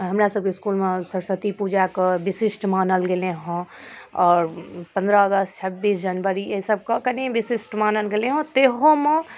हमरा सबके इसकूलमे सरस्वति पूजाके विशिष्ट मानल गेलै हँ आओर पन्द्रह अगस्त छब्बीस जनवरी एहि सबके कनी विशिष्ट मानल गेलै हँ ताहूमे